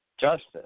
justice